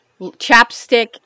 chapstick